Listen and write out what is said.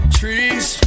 trees